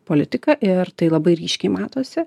politika ir tai labai ryškiai matosi